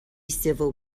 civil